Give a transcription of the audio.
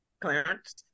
Clarence